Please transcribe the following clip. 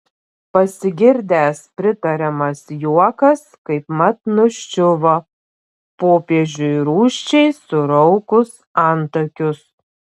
pasigirdęs pritariamas juokas kaipmat nuščiuvo popiežiui rūsčiai suraukus antakius